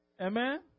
Amen